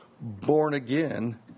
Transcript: born-again